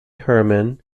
herman